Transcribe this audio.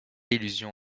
illusion